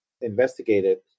investigated